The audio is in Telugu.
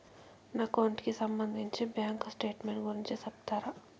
నా అకౌంట్ కి సంబంధించి బ్యాంకు స్టేట్మెంట్ గురించి సెప్తారా